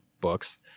books